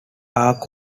arc